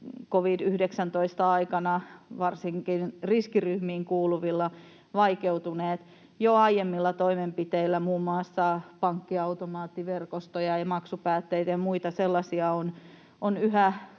covid-19:n aikana varsinkin riskiryhmiin kuuluvilla, vaikeutuneet jo aiemmilla toimenpiteillä. Muun muassa pankkiautomaattiverkostoja ja maksupäätteitä ja muita sellaisia on yhä